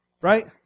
Right